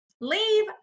leave